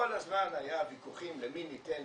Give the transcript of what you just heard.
כל הזמן היו ויכוחים למי ניתן,